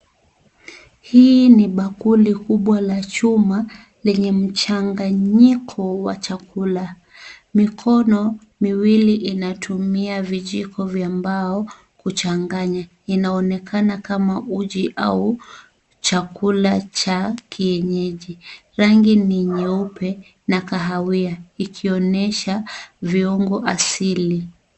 Hii ni bakuli kubwa la chuma lenye mchanganyiko wa chakula. Mikono miwili inatumia vijiko vya mbao kuchanganya. Inaonekana kama uji au chakula cha kienyeji. Rangi ni nyeupe na kahawia ikionyesha viungo asili.